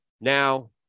Now